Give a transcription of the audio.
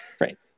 Right